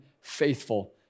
faithful